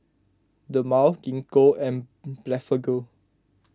Dermale Gingko and Blephagel